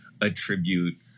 attribute